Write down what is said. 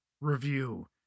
review